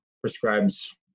prescribes